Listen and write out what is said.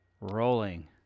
rolling